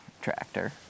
tractor